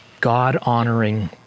God-honoring